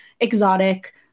exotic